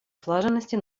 слаженности